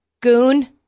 Goon